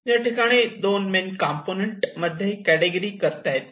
या ठिकाणी दोन मेन कंपोनेंट मध्ये कॅटेगिरी करता येते